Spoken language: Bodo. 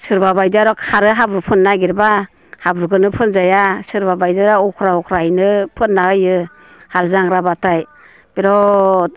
सोरबाबायदिया आरो खारो हाब्रु फोननो नागिरबा हाब्रुखोनो फोनजाया सोरबा बायदिया अख्रा अख्रायैनो फोनना होयो हाल जांख्राबाथाय बेराद